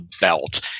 belt